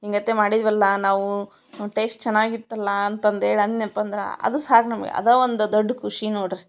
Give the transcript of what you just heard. ಹೀಗತೆ ಮಾಡಿದ್ವಲ್ಲ ನಾವು ಟೇಸ್ಟ್ ಚೆನ್ನಾಗಿತ್ತಲ್ಲ ಅಂತಂದೇಳಿ ಅಂದ್ನ್ಯಪ್ಪ ಅಂದ್ರೆ ಅದು ಸಾಕು ನಮ್ಗೆ ಅದೇ ಒಂದು ದೊಡ್ಡ ಖುಷಿ ನೋಡಿರಿ